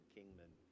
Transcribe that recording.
Kingman